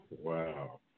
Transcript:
Wow